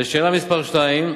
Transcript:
לשאלה מס' 2,